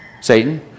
Satan